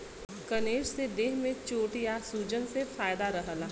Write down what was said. कनेर से देह में चोट या सूजन से फायदा रहला